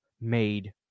made